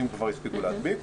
אם כבר הספיקו להדביק.